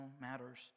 matters